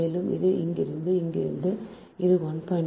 மேலும் இது இங்கிருந்து இங்கிருந்து அது 1